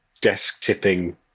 desk-tipping